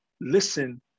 listen